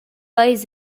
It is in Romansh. eis